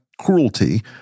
cruelty